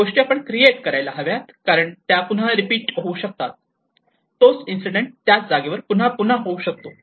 या गोष्टी आपण क्रियेट करायला हव्यात कारण त्या पुन्हा रिपीट होऊ शकतात तोच इन्सिडेंट त्याच जागेवर पुन्हा पुन्हा होऊ शकतो